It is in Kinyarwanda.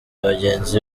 bagenzi